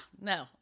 no